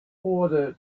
order